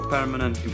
Permanent